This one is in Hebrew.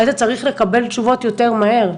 היית צריך לקבל תשובות יותר מהר.